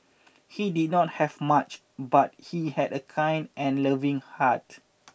he did not have much but he had a kind and loving heart